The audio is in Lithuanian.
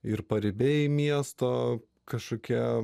ir paribiai miesto kažkokie